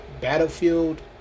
Battlefield